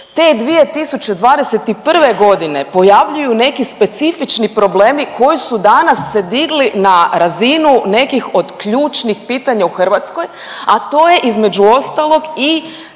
te 2021.g. pojavljuju neki specifični problemi koji su danas se digli na razinu nekih od ključnih pitanja u Hrvatskoj, a to je između ostalog i